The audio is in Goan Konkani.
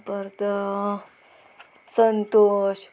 परतो संतोष